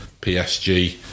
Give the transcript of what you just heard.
PSG